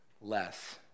less